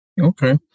Okay